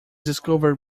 discovered